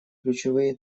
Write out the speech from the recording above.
ключевые